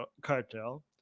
cartel